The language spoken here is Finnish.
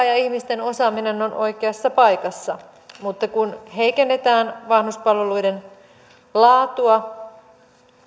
ja ihmisten osaaminen on oikeassa paikassa mutta kun heikennetään vanhuspalveluiden laatua